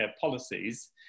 policies